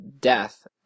death